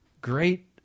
great